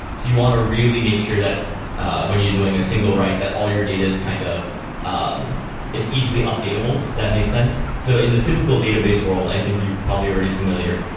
you want to really make sure that when you're doing a single write that all your data is kind of um it's easily updatable, if that make sense. so in the typical database world, i think you're probably already familiar.